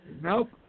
Nope